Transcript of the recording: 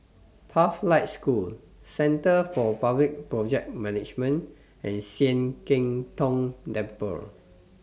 Pathlight School Centre For Public Project Management and Sian Keng Tong Temple